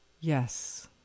Yes